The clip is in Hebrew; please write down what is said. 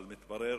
אבל מתברר